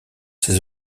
ces